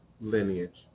lineage